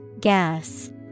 Gas